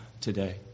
today